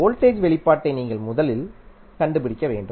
voltage வெளிப்பாட்டை நீங்கள் முதலில் கண்டுபிடிக்க வேண்டும்